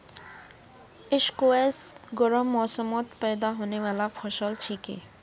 squash गर्म मौसमत पैदा होने बाला फसल छिके